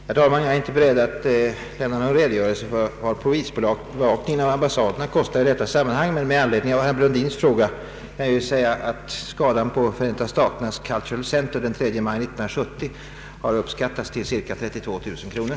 Herr talman! Jag är inte beredd att i detta sammanhang lämna någon redogörelse för vad polisövervakningen vid ambassaderna kostar. Med anledning av herr Brundins fråga kan jag dock tala om att skadorna på Cultural Center i Stockholm den 3 maj 1970 har uppskattats till cirka 32 000 kronor.